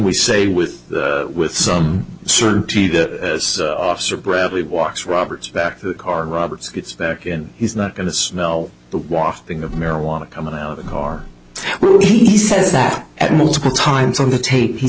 we say with with some certainty that as officer bradley walks roberts back to the car roberts gets back and he's not going to smell the wafting of marijuana coming out of a car he says that at multiple times on the tape he